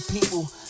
people